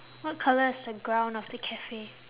what colour is the ground of the cafe